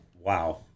wow